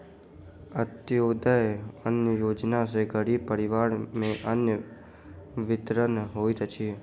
अन्त्योदय अन्न योजना सॅ गरीब परिवार में अन्न वितरण होइत अछि